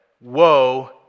Woe